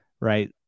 right